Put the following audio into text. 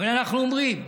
אבל אנחנו אומרים: